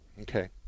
Okay